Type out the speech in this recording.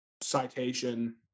Citation